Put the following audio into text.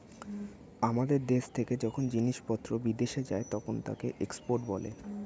আমাদের দেশ থেকে যখন জিনিসপত্র বিদেশে যায় তখন তাকে এক্সপোর্ট বলে